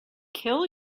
kill